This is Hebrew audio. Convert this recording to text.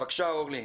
בבקשה, אורלי.